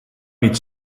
niet